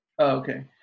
okay